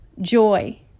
joy